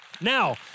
Now